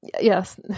yes